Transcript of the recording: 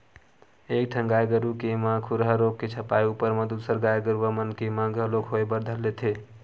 एक ठन गाय गरु के म खुरहा रोग के छपाय ऊपर म दूसर गाय गरुवा मन के म घलोक होय बर धर लेथे